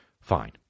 Fine